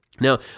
Now